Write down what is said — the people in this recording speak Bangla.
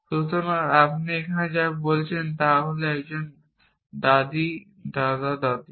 সুতরাং আপনি এখানে যা বলছেন তা হল একজন দাদী দাদা দাদী